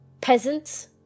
Peasants